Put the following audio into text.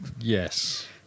Yes